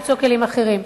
למצוא כלים אחרים.